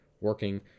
working